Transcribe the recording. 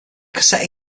cassette